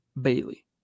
Bailey